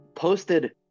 posted